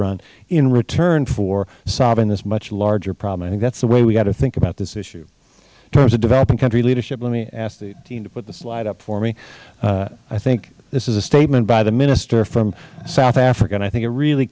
run in return for solving this much larger problem i think that is the way we have got to think about this issue in terms of developing country leadership let me ask the team to put the slide up for me i think this is a statement by the minister from south africa and i think it really